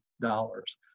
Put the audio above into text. dollars